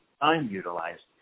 unutilized